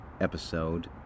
episode